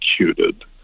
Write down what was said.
executed